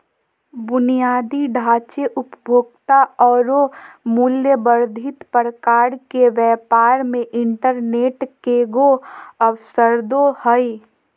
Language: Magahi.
बुनियादी ढांचे, उपभोक्ता औरो मूल्य वर्धित प्रकार के व्यापार मे इंटरनेट केगों अवसरदो हइ